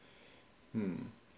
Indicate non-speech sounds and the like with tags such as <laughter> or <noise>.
<breath> mm